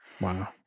Wow